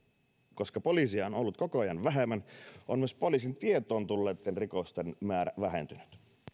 koska poliiseja on on ollut koko ajan vähemmän on myös poliisin tietoon tulleitten rikosten määrä vähentynyt